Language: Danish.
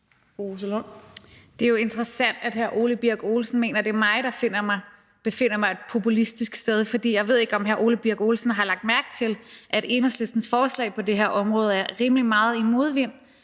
Det er jo interessant, at hr. Ole Birk Olesen mener, det er mig, der befinder sig et populistisk sted, for jeg ved ikke, om hr. Ole Birk Olesen har lagt mærke til, at Enhedslistens forslag på det her område er rimelig meget i modvind.